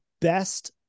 best